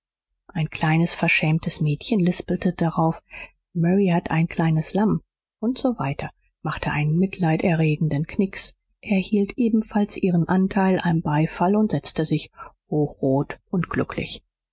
ein kleines verschämtes mädchen lispelte darauf mary hat ein kleines lamm usw machte einen mitleiderregenden knicks erhielt ebenfalls ihren anteil am beifall und setzte sich hochrot und glücklich